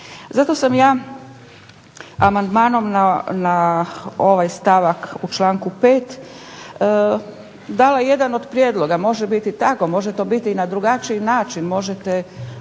Zato sam ja amandmanom na ovaj stavak u članku 5. dala jedan od prijedloga. Može biti tako, može to biti i na drugačiji način,